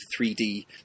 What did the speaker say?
3D